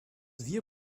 wir